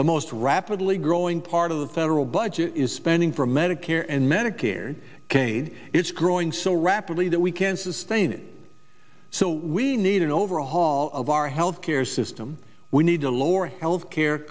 the most rapidly growing part of the federal budget is spending for medicare and medicare caid it's growing so rapidly that we can't sustain it so we need an overhaul of our health care system we need to lower health care